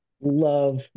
Love